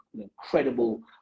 incredible